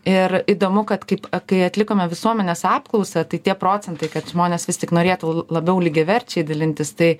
ir įdomu kad kaip kai atlikome visuomenės apklausą tai tie procentai kad žmonės vis tik norėtų labiau lygiaverčiai dalintis tai